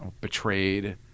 betrayed